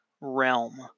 Realm